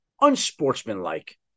unsportsmanlike